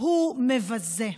הוא מבזה,